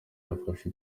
yafashe